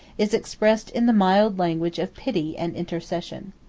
is expressed in the mild language of pity and intercession.